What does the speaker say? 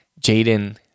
Jaden